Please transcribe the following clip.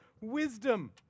wisdom